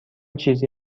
چیزی